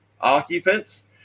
occupants